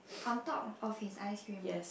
on top of his ice cream ah